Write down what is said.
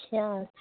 اچھا